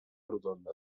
rodona